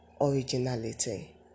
originality